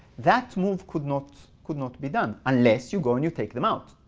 that move could not could not be done, unless you're going to take them out.